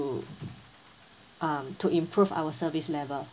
um to improve our service level